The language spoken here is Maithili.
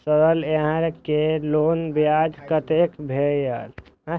सर यहां के लोन ब्याज कतेक भेलेय?